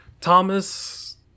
Thomas